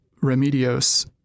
Remedios